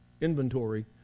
inventory